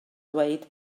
dweud